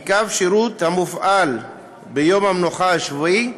כי קו שירות המופעל ביום המנוחה השבועי,